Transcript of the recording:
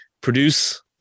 produce